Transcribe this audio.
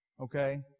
Okay